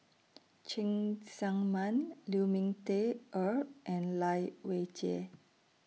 Cheng Tsang Man Lu Ming Teh Earl and Lai Weijie